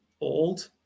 old